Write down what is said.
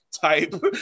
type